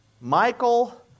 Michael